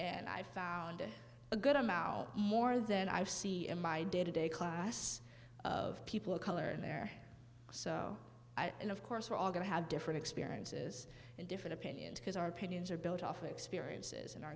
and i found a good amount of more than i see in my day to day class of people of color and they're so i mean of course we're all going to have different experiences and different opinions because our opinions are built off experiences and our